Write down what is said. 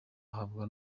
ahabwa